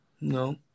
No